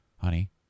honey